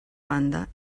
banda